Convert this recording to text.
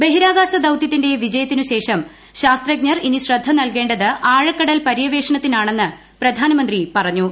ബഹിരാകാശ ദൌത്യത്തിന്റെ വിജയത്തിനുശേഷം ശാസ്ത്രജ്ഞർ ഇനി ശ്രദ്ധനൽകേണ്ടത് ആഴക്കടൽ പര്യവേഷണത്തിനാണെന്ന് പ്രധാനമന്ത്രി പറഞ്ഞു